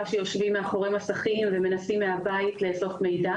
שיושבים מאחורי מסכים ומנסים מהבית לאסוף מידע